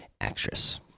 actress